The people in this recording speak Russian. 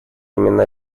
имена